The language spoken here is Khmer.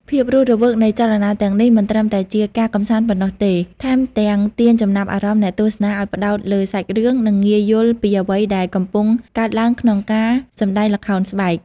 ភាពរស់រវើកនៃចលនាទាំងនេះមិនត្រឹមតែជាការកម្សាន្តប៉ុណ្ណោះទេ ថែមទាំងទាញចំណាប់អារម្មណ៍អ្នកទស្សនាឲ្យផ្តោតលើសាច់រឿង និងងាយយល់ពីអ្វីដែលកំពុងកើតឡើងក្នុងការសម្ដែងល្ខោនស្បែក។